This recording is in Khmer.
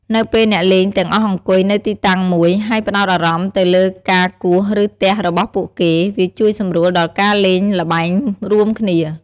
នៅពេលអ្នកលេងទាំងអស់អង្គុយនៅទីតាំងមួយ ហើយផ្ដោតអារម្មណ៍ទៅលើការគោះ ឬទះរបស់ពួកគេ វាជួយសម្រួលដល់ការលេងល្បែងរួមគ្នា។